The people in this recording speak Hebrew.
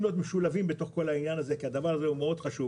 להיות משולבים בעניין זה כי הדבר הזה מאוד חשוב.